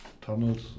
tunnels